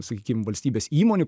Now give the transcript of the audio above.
sakykim valstybės įmonių